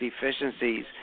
deficiencies